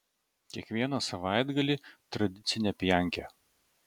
kiekvieną savaitgalį tradicinė pjankė